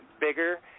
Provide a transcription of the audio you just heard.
bigger